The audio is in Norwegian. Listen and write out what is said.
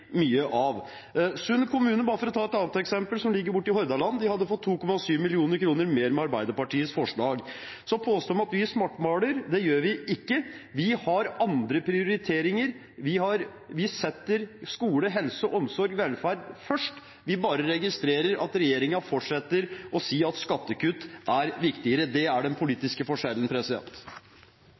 mye å skryte av. For å ta et annet eksempel: Sund kommune i Hordaland hadde fått 2,7 mill. kr mer med Arbeiderpartiets forslag. Så til påstanden om at vi svartmaler – det gjør vi ikke. Men vi har andre prioriteringer. Vi setter skole, helse, omsorg og velferd først. Vi bare registrerer at regjeringen fortsetter å si at skattekutt er viktigere. Det er den politiske forskjellen.